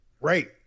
Right